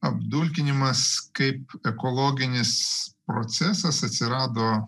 apdulkinimas kaip ekologinis procesas atsirado